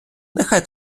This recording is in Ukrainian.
нехай